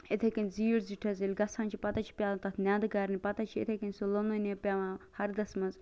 اِتھے کنۍ زیٖٹھ زیٖٹھ حظ ییٚلہِ گَژھان چھِ پتے چھِ پیٚوان تتھ نیٚندٕ کرنہٕ پتے چھ اتھے کنۍ یہِ لوٚنن یہِ پیٚوان ہردَس مَنٛز